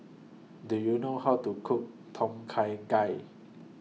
Do YOU know How to Cook Tom Kha Gai